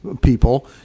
people